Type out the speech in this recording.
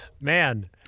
man